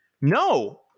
No